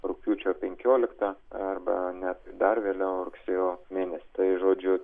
rugpjūčio penkioliktą arba net dar vėliau rugsėjo mėnesį tai žodžiu